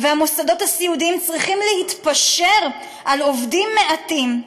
המוסדות הסיעודיים צריכים להתפשר על עובדים מעטים,